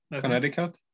connecticut